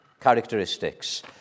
characteristics